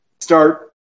start